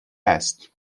است